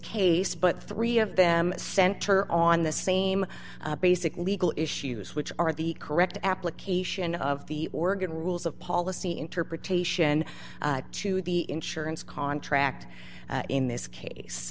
case but three of them center on the same basic legal issues which are the correct application of the organ rules of policy interpretation to the insurance contract in this